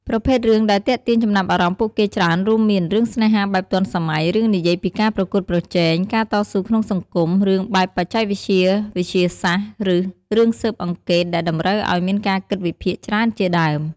ប្រភេទរឿងដែលទាក់ទាញចំណាប់អារម្មណ៍ពួកគេច្រើនរួមមាន រឿងស្នេហាបែបទាន់សម័យ រឿងនិយាយពីការប្រគួតប្រជែង ការតស៊ូក្នុងសង្គម រឿងបែបបច្ចេកវិទ្យាវិទ្យាសាស្រ្ដ ឬរឿងបែបស៊ើបអង្កេតដែលតម្រូវឲ្យមានការគិតវិភាគច្រើនជាដើម។